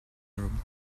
room